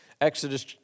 Exodus